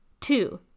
Two